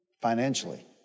financially